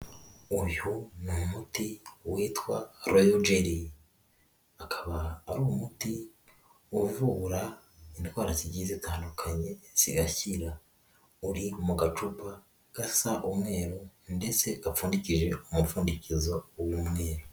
Uyu ni umuti witwa Royo Jeri, akaba ari umuti uvura indwara zigiye zitandukanye zigakira, uri mu gacupa gasa umweru ndetse gapfundikije umupfundikizo w'umweru.